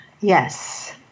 Yes